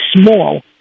small